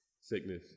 sickness